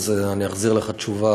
אז אחזיר לך תשובה